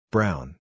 Brown